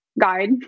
guide